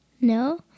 No